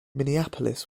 minneapolis